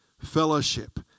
Fellowship